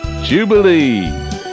jubilee